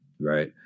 Right